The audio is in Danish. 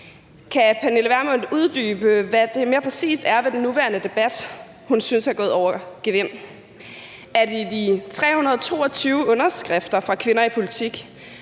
Kan Pernille Vermund uddybe, hvad det mere præcis er ved den nuværende debat, hun synes er gået over gevind? Er det de 322 underskrifter fra kvinder i politik,